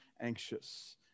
anxious